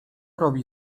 robi